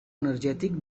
energètic